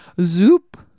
Zoop